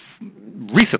recently